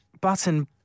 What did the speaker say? Button